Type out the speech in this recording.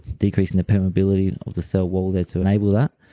decreasing the permeability of the cell wall there to enable that.